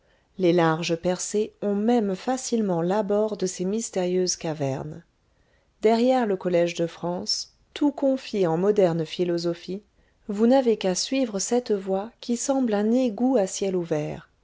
les larges percées ont même facilement l'abord de ces mystérieuses cavernes derrière le collège de france tout confit en moderne philosophie vous n'avez qu'à suivre cette voie qui semble un égout à ciel ouvert